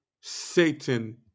Satan